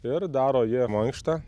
ir daro jie mankštą